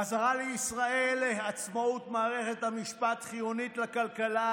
אזהרה לישראל: עצמאות מערכת המשפט חיונית לכלכלה,